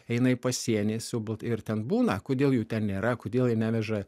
eina į pasienį subūt ir ten būna kodėl jų ten nėra kodėl neveža